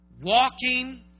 walking